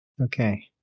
Okay